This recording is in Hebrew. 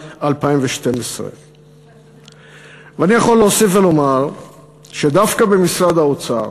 2012. ואני יכול להוסיף ולומר שדווקא משרד האוצר,